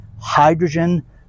hydrogen